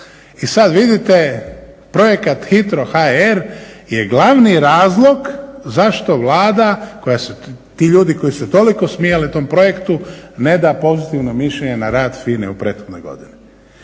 i sad vidite projekt HITRO.hr je glavni razlog zašto Vlada, ti ljudi koji su se toliko smijali tom projektu ne da pozitivno mišljenje na rad FINA-e u prethodnoj godini.